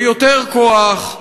ויותר כוח,